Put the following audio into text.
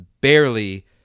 barely